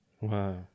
Wow